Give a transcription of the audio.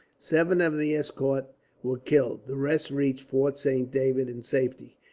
seven of the escort were killed, the rest reached fort saint david in safety.